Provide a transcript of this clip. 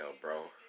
bro